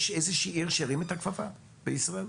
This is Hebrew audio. יש איזושהי עיר שהרימה את הכפפה בישראל?